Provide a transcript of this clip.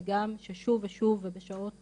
וגם ששוב ושוב ובשעות